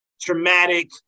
traumatic